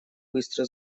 быстро